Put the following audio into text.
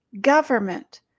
government